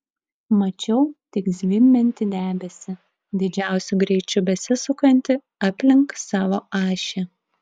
mačiau tik zvimbiantį debesį didžiausiu greičiu besisukantį aplink savo ašį